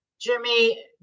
Jimmy